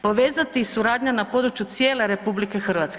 Povezati i suradnja na području cijele RH.